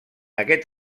aquest